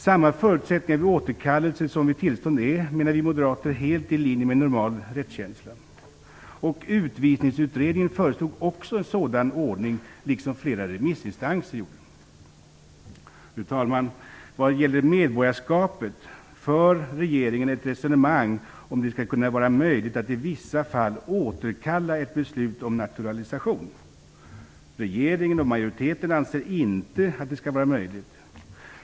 Samma förutsättningar vid återkallelse som vid tillstånd är, menar vi moderater, helt i linje med normal rättskänsla. Utvisningsutredningen föreslog också en sådan ordning liksom flera remissinstanser gjorde. Fru talman! Vad gäller medborgarskapet för regeringen ett resonemang om det skall kunna vara möjligt att i vissa fall återkalla ett beslut om naturalisation. Regeringen och majoriteten anser inte att det skall vara möjligt.